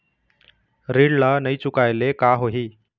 ऋण ला नई चुकाए ले का होही?